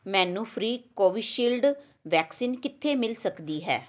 ਮੈਨੂੰ free Covishield vaccine ਕਿੱਥੇ ਮਿਲ ਸਕਦੀ ਹੈ